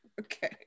Okay